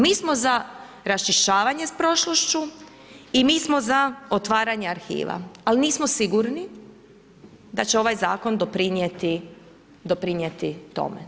Mi smo za raščišćavanjem s prošlošću i mi smo za otvaranje arhiva, ali nismo sigurni da će ovaj zakon doprinijeti tome.